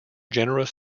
generous